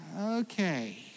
okay